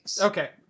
Okay